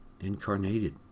incarnated